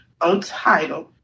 Untitled